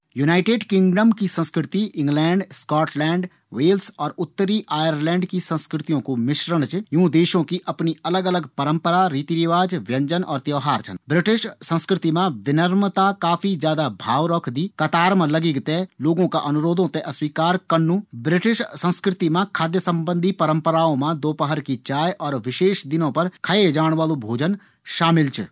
United Kingdom की संस्कृति England, Scotland, Wales और उत्तरी आयरलैंड की संस्कृतियों कू मिश्रण च। यूँ देशों की अपनी अलग-अलग परंपरा, रीतिरिवाज, व्यंजन और त्यौहार छन। ब्रिटिश संस्कृति मा विनम्रता काफ़ी ज्यादा भाव रखदी। कतार मा लगीक थें लोगों का अनुरोधों थें अस्वीकार करनू ब्रिटिश संस्कृति मा खाद्य संबंधी परंपराओं मा दोपहर की चाय और विशेष दिनों पर खाये जाण वाळू भोजन शामिल च।